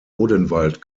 odenwald